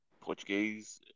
Portuguese